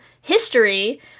history